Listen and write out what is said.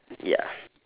ya